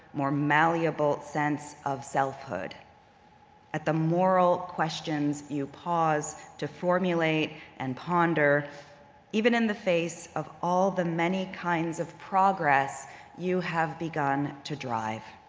more malleable sense of selfhood at the moral questions you pause to formulate and ponder even in the face of all the many kinds of progress you have begun to drive.